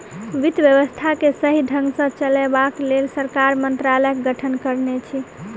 वित्त व्यवस्था के सही ढंग सॅ चलयबाक लेल सरकार मंत्रालयक गठन करने छै